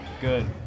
Good